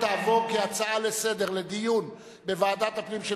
כהצעה לסדר-היום.